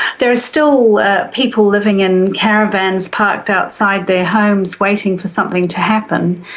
there are still people living in caravans parked outside their homes waiting for something to happen.